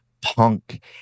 punk